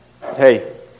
Hey